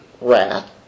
wrath